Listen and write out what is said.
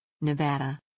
Nevada